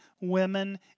women